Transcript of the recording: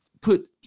put